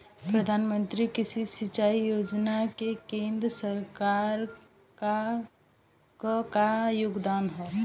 प्रधानमंत्री कृषि सिंचाई योजना में केंद्र सरकार क का योगदान ह?